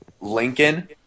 Lincoln